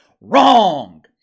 Wrong